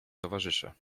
towarzysze